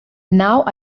now